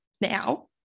now